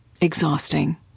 Exhausting